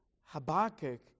Habakkuk